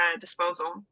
disposal